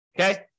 Okay